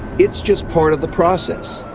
it's just part of the process.